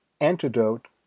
antidote